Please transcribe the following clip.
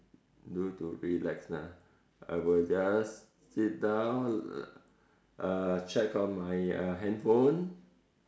do it to relax ah I will just sit down uh check on my uh handphone